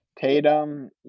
Tatum